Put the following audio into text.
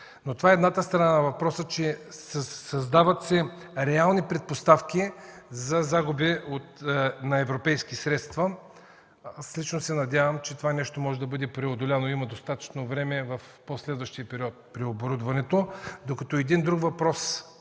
Това е едната страна на въпроса – създават се реални предпоставки за загуби на европейски средства. Аз лично се надявам, че това нещо може да бъде преодоляно. Има достатъчно време в по-следващия период – при оборудването. Една друга страна